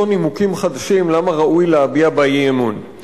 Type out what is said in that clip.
נימוקים חדשים למה ראוי להביע אי-אמון בה.